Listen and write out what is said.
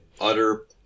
Utter